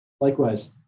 Likewise